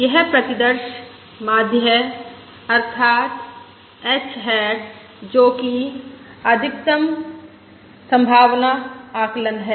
यह प्रतिदर्श माध्य है अर्थात h हैट जोकि अधिकतम संभावना आकलन है